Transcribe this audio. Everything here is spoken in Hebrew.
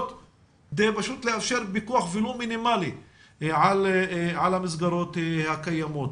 מה שיאפשר פיקוח ולו מינימלי על המסגרות הקיימות.